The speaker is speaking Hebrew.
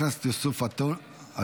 חבר הכנסת יוסף עטאונה,